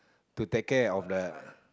to take care of the